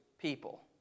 people